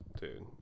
Dude